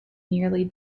nearly